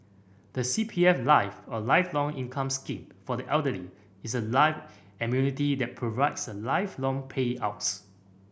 the C P F Life or Lifelong Income Scheme for the Elderly is a life annuity that provides lifelong payouts